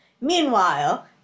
Meanwhile